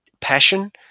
passion